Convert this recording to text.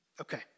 Okay